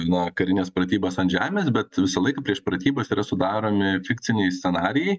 nuo karinės pratybos ant žemės bet visąlaiką prieš pratybas yra sudaromi fikciniai scenarijai